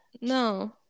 no